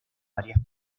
varias